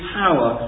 power